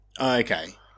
okay